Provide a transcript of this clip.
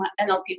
NLP